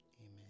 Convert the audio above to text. amen